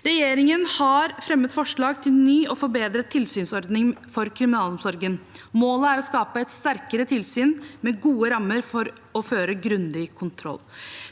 Regjeringen har fremmet forslag til ny og forbedret tilsynsordning for kriminalomsorgen. Målet er å skape et sterkere tilsyn med gode rammer for å føre grundig kontroll.